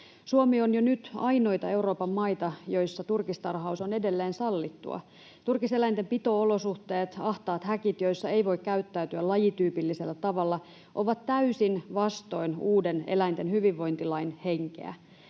Suomi on jo nyt ainoita Euroopan maita, joissa turkistarhaus on edelleen sallittua. Turkiseläinten pito-olosuhteet — ahtaat häkit, joissa ei voi käyttäytyä lajityypillisellä tavalla — ovat täysin vastoin uuden eläinten hyvinvointilain henkeä.